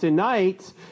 Tonight